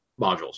modules